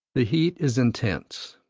the heat is intense,